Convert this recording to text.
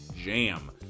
jam